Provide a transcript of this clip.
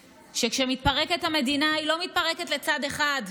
שכשמתפרקת המדינה היא לא מתפרקת לצד אחד,